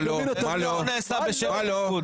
זה לא נעשה בשם הליכוד.